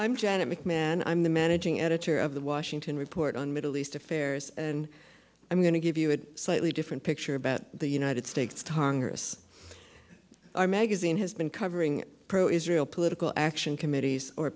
mcmahon and i'm the managing editor of the washington report on middle east affairs and i'm going to give you a slightly different picture about the united states tong us our magazine has been covering pro israel political action committees or